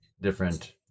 different